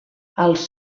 els